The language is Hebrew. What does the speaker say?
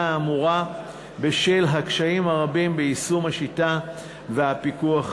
האמורה בשל הקשיים הרבים ביישומה ובפיקוח עליה.